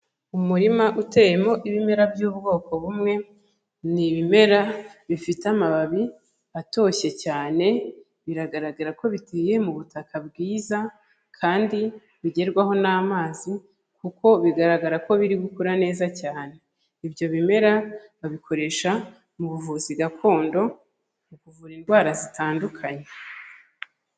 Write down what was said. Umurima uteyemo ibimera by'ubwoko bumwe, ni ibimera bifite amababi atoshye cyane, biragaragara ko biteye mu butaka bwiza kandi bigerwaho n'amazi kuko bigaragara ko biri gukura neza cyane. Ibyo bimera babikoresha mu buvuzi gakondo mu kuvura indwara zitandukanye.